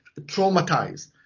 traumatized